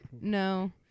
no